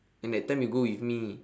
yang that time you go with me